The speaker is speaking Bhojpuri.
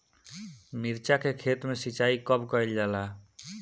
मिर्चा के खेत में सिचाई कब कइल जाला?